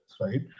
right